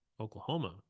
Oklahoma